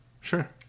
sure